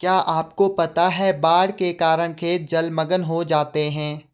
क्या आपको पता है बाढ़ के कारण खेत जलमग्न हो जाते हैं?